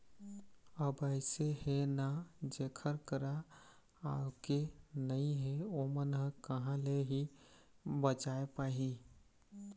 अब अइसे हे ना जेखर करा आवके नइ हे ओमन ह कहाँ ले ही बचाय पाही